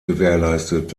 gewährleistet